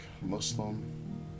muslim